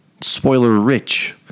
spoiler-rich